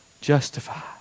justified